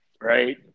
right